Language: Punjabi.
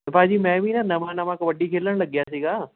ਭਾਅ ਜੀ ਮੈਂ ਵੀ ਨਾ ਨਵਾਂ ਨਵਾਂ ਕਬੱਡੀ ਖੇਡਣ ਲੱਗਿਆ ਸੀ